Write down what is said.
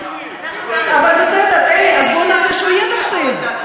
אין תקציב.